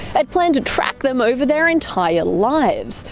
it planned to track them over their entire lives,